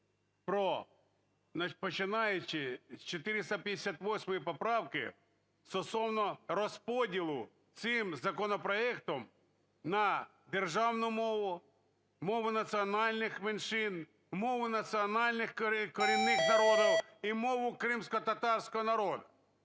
про… починаючи з 458 поправки стосовно розподілу цим законопроектом на державну мову, мову національних меншин, мову корінних народів і мову кримськотатарського народу.